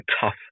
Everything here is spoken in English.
tough